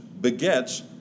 begets